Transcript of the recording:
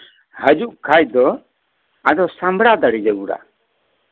ᱦᱤᱡᱩᱜ ᱠᱷᱟᱱ ᱫᱚ ᱟᱫᱚ ᱥᱟᱢᱵᱲᱟᱣ ᱫᱟᱲᱮ ᱡᱟᱹᱨᱩᱲᱟ